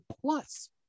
plus